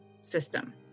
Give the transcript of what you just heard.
system